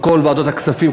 בכל ועדות הכספים.